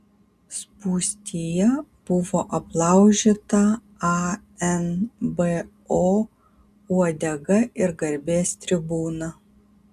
spūstyje buvo aplaužyta anbo uodega ir garbės tribūna